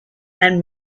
and